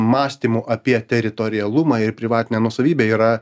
mąstymu apie teritorijalumą ir privatinę nuosavybę yra